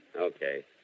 Okay